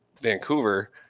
Vancouver